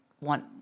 want